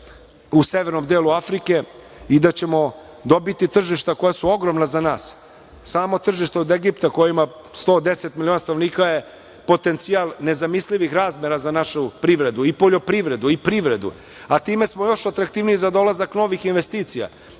u severnom delu Afrike i da ćemo dobiti tržišta koja su ogromna za nas. Samo tržište od Egipta, koje ima 110 miliona stanovnika, je potencijal nezamislivi razmera za našu privredu i poljoprivredu, a time smo još atraktivniji za dolazak novih investicija,